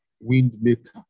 windmaker